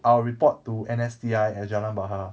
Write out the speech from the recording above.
I will report to N_S_T_I at jalan bahar